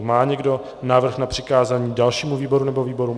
Má někdo návrh na přikázání dalšímu výboru nebo výborům?